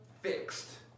fixed